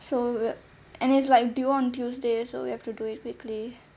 so w~ and it's like due on tuesday so we have to do it quickly